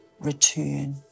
return